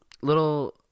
little